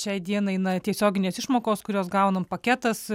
šiai dienai na tiesioginės išmokos kurias gaunam paketas